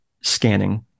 scanning